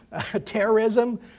terrorism